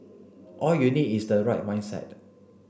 all you need is the right mindset